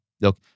Look